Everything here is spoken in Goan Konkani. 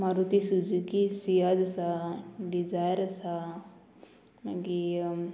मारुती सुजुकी सियज आसा डिझायर आसा मागीर